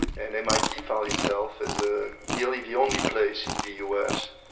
and mit found itself as ah nearly the only place in the u s.